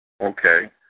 Okay